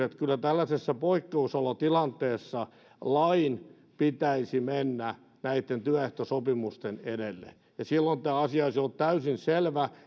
että kyllä tällaisessa poikkeusolotilanteessa lain pitäisi mennä näitten työehtosopimusten edelle ja silloin tämä asia olisi ollut täysin selvä